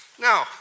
Now